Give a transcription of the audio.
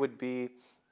would be